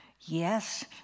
Yes